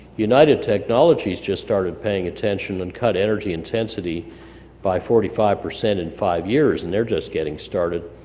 united technologies just started paying attention, and cut energy intensity by forty five percent in five years, and they're just getting started.